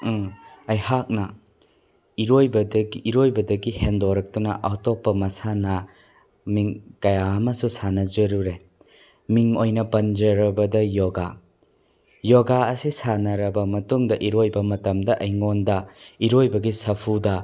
ꯑꯩꯍꯥꯛꯅ ꯏꯔꯣꯏꯕꯗꯒꯤ ꯍꯦꯟꯗꯣꯔꯛꯇꯨꯅ ꯑꯇꯣꯞꯄ ꯃꯁꯥꯟꯅ ꯀꯌꯥ ꯑꯃꯁꯨ ꯁꯥꯟꯅꯖꯔꯨꯔꯦ ꯃꯤꯡ ꯑꯣꯏꯅ ꯄꯟꯖꯔꯕꯗ ꯌꯣꯒꯥ ꯌꯣꯒꯥ ꯑꯁꯤ ꯁꯥꯟꯅꯔꯕ ꯃꯇꯨꯡꯗ ꯏꯔꯣꯏꯕ ꯃꯇꯝꯗ ꯑꯩꯉꯣꯟꯗ ꯏꯔꯣꯏꯕꯒꯤ ꯁꯥꯐꯨꯗ